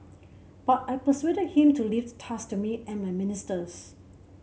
but I persuaded him to leave the task to me and my ministers